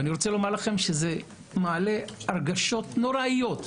אני רוצה לומר לכם שזה מעלה הרגשות נוראיות,